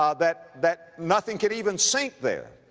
um that, that nothing could even sink there.